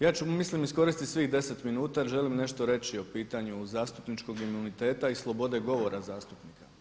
Ja ću mislim iskoristiti svih deset minuta jer želim nešto reći o pitanju zastupničkog imuniteta i slobode govora zastupnika.